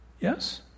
Yes